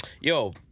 Yo